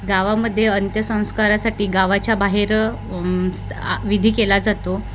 गावामध्ये अंत्यसंस्कारासाठी गावाच्या बाहेर स्त विधी केला जातो